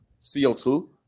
CO2